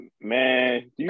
Man